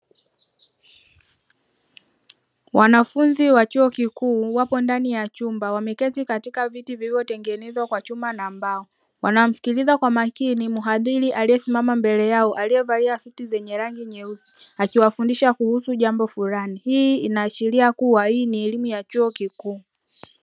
Wanafunzi wa chuo kikuu wapo ndani ya chumba, wameketi katika viti vilivyotengenezwa kwa chuma na mbao, wanamsikiliza kwa makini mhadhiri aliyesimama mbele yao, aliyevalia suti zenye rangi nyeusi, akiwafundisha kuhusu jambo fulani, hii inaashiria kuwa hii ni elimu ya chuo kikuu.